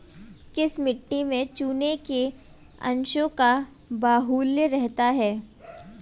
किस मिट्टी में चूने के अंशों का बाहुल्य रहता है?